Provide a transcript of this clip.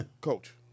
Coach